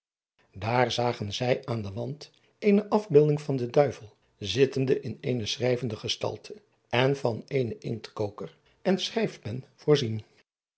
aar zagen zij aan den wand eene afbeelding van den duivel zittende in eene schrijvende gestalte en van eenen inktkoker en schrijspen voorzien